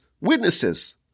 witnesses